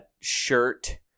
shirt